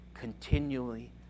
continually